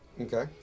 Okay